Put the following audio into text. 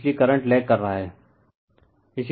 इसलिए current lag कर रहा है